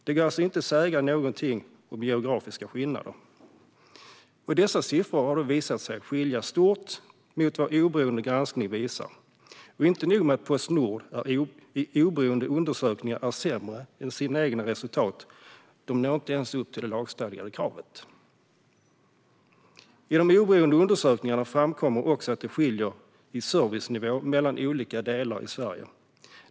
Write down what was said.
Det går alltså inte att säga någonting om geografiska skillnader. Dessa siffror har visat sig skilja sig stort från vad oberoende granskning visar. Inte nog med att Postnord i oberoende undersökningar är sämre än sina egna resultat - man når inte ens upp till det lagstadgade kravet! I de oberoende undersökningarna framkommer också att det skiljer i servicenivå mellan olika delar av Sverige.